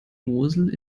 mosel